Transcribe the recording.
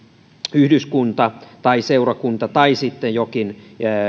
yhdyskunta tai seurakunta tai sitten jokin